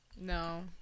No